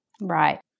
Right